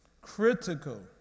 Critical